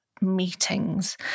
meetings